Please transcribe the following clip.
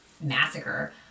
massacre